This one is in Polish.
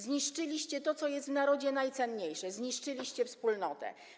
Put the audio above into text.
Zniszczyliście to, co jest w narodzie najcenniejsze, zniszczyliście wspólnotę.